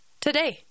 today